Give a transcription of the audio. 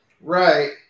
Right